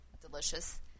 delicious